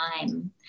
time